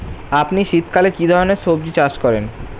আপনি শীতকালে কী ধরনের সবজী চাষ করেন?